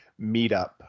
meetup